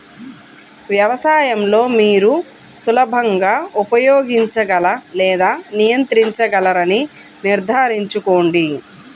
వ్యవసాయం లో మీరు సులభంగా ఉపయోగించగల లేదా నియంత్రించగలరని నిర్ధారించుకోండి